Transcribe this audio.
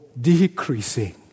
decreasing